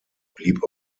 blieb